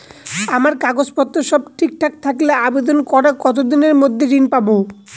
আমার কাগজ পত্র সব ঠিকঠাক থাকলে আবেদন করার কতদিনের মধ্যে ঋণ পাব?